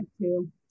two